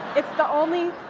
it's the only